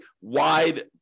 wide